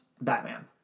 Batman